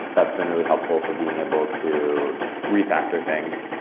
that's been really helpful for being able to refactor things.